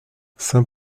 saint